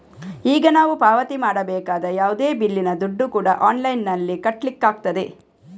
ಈಗ ನಾವು ಪಾವತಿ ಮಾಡಬೇಕಾದ ಯಾವುದೇ ಬಿಲ್ಲಿನ ದುಡ್ಡು ಕೂಡಾ ಆನ್ಲೈನಿನಲ್ಲಿ ಕಟ್ಲಿಕ್ಕಾಗ್ತದೆ